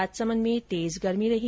राजसमंद में तेज गर्मी रही